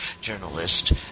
journalist